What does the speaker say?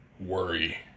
worry